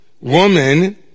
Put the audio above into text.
Woman